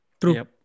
True